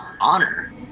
Honor